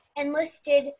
enlisted